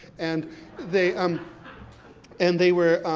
and they, um and they were,